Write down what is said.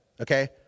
Okay